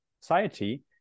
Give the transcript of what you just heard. society